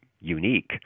unique